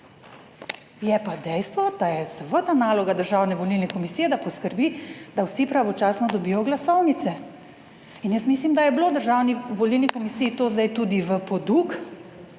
Je pa dejstvo, da je seveda naloga Državne volilne komisije, da poskrbi, da vsi pravočasno dobijo glasovnice in jaz mislim, da je bilo Državni volilni komisiji to zdaj tudi v poduk,